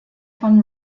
von